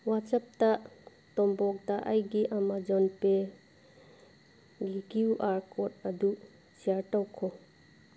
ꯋꯥꯆꯞꯇ ꯇꯣꯝꯄꯣꯛꯇ ꯑꯩꯒꯤ ꯑꯥꯃꯥꯖꯣꯟ ꯄꯦꯒꯤ ꯀ꯭ꯌꯨ ꯑꯥꯔ ꯀꯣꯗ ꯑꯗꯨ ꯁꯤꯌꯥꯔ ꯇꯧꯈꯣ